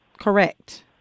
correct